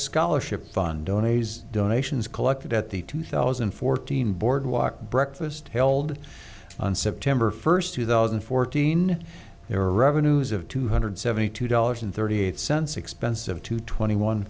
scholarship fund oni's donations collected at the two thousand and fourteen boardwalk breakfast held on september first two thousand and fourteen there are revenues of two hundred seventy two dollars and thirty eight cents expensive to twenty one